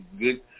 good